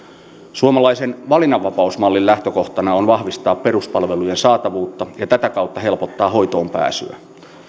suomalaisen valinnanvapausmallin lähtökohtana on vahvistaa peruspalvelujen saatavuutta ja tätä kautta helpottaa hoitoon pääsyä